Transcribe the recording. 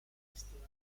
festival